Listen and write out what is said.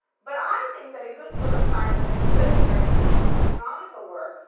but i think that a good deal of science studies literature, including some canonical work,